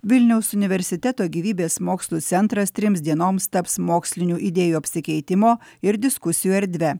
vilniaus universiteto gyvybės mokslų centras trims dienoms taps mokslinių idėjų apsikeitimo ir diskusijų erdve